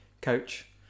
Coach